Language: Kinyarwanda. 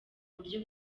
buryo